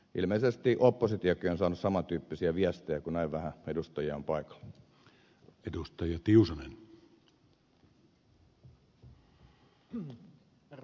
ilmeisesti oppositiokin on saanut saman tyyppisiä viestejä kun näin vähän edustajia on paikalla